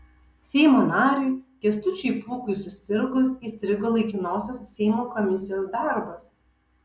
seimo nariui kęstučiui pūkui susirgus įstrigo laikinosios seimo komisijos darbas